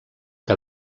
que